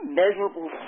measurable